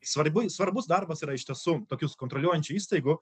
svarbu svarbus darbas yra iš tiesų tokius kontroliuojančių įstaigų